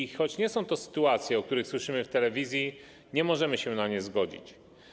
I choć nie są to sytuacje, o których słyszymy w telewizji, nie możemy się na nie godzić.